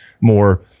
more